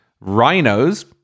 rhinos